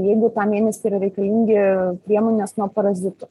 jeigu tą mėnesį yra reikalingi priemonės nuo parazitų